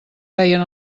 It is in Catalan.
feien